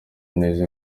neza